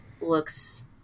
looks